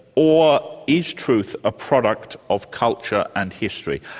or is truth a product of culture and history?